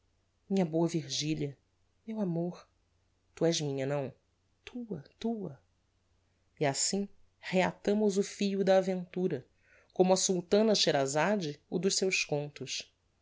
minha boa virgilia meu amor tu és minha não tua tua e assim reatámos o fio da aventura como a sultana scheherazade o dos seus contos